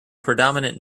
predominant